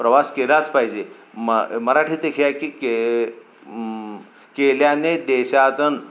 प्रवास केलाच पाहिजे म मराठीत एक हे आहे की के केल्याने देशाटन